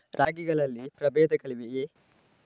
ರಾಗಿಗಳಲ್ಲಿ ಪ್ರಬೇಧಗಳಿವೆಯೇ?